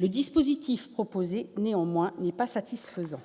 Le dispositif proposé, néanmoins, n'est pas satisfaisant.